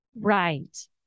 Right